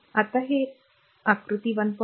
आता हे आता आकृती 1